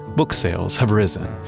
book sales have risen.